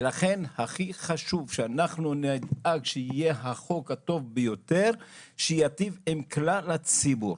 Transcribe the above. ולכן הכי חשוב שאנחנו נדאג שיהיה החוק הטוב ביותר שיטיב עם כלל הציבור.